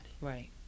Right